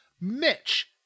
mitch